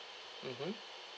mmhmm